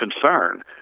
concern